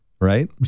right